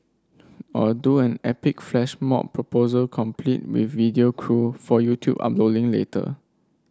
or do an epic flash mob proposal complete with video crew for YouTube uploading later